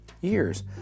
years